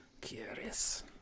Curious